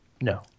No